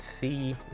see